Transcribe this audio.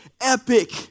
epic